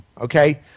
Okay